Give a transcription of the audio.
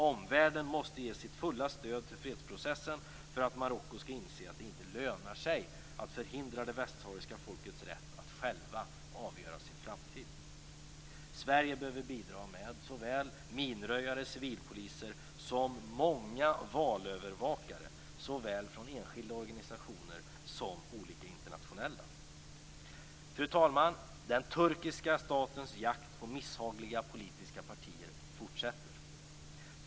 Omvärlden måste ge sitt fulla stöd till fredsprocessen för att Marocko skall inse att det inte lönar sig att förhindra det västsahariska folkets rätt att självt avgöra sin framtid. Sverige behöver bidra med såväl minröjare och civilpoliser som många valövervakare från såväl enskilda organisationer som olika internationella organisationer. Fru talman! Den turkiska statens jakt på misshagliga politiska partier fortsätter.